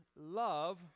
love